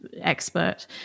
expert